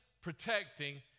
protecting